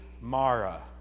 Mara